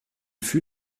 fut